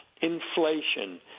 inflation